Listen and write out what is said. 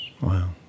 Wow